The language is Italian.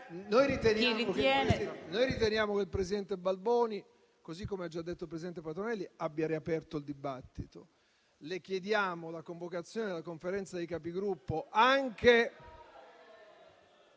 noi riteniamo che il presidente Balboni - così come ha già detto il presidente Patuanelli - abbia riaperto il dibattito. Le chiediamo la convocazione della Conferenza dei Capigruppo dei